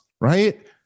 right